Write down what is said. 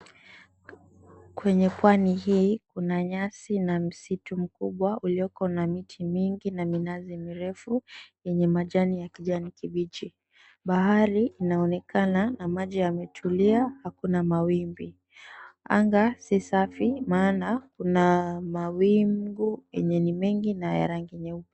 Kwenye pwani hii, kuna nyasi na msitu mkubwa ulioko na miti mingi na minazi mirefu yenye majani ya kijani kibichi. Bahari inaonekana, na maji yametulia hakuna mawimbi. Anga si safi maana kuna mawingu yenye ni mengi na ya rangi nyeupe.